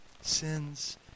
Sins